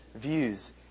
views